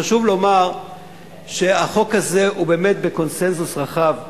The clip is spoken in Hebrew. חשוב לומר שהחוק הזה הוא באמת בקונסנזוס רחב.